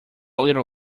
little